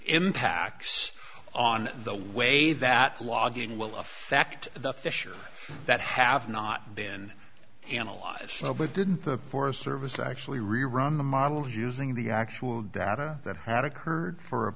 impacts on the way that logging will affect the fish or that have not been analyzed so but didn't the forest service actually rerun the model using the actual data that had occurred for